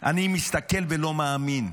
אני מסתכל ולא מאמין.